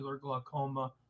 glaucoma